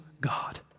God